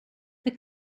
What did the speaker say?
the